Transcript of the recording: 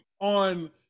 on